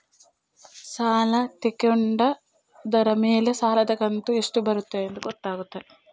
ಸಾಲದ ಕಂತು ಎಷ್ಟು ಬರುತ್ತದೆ?